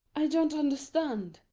i don't understand